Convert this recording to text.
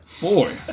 boy